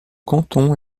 canton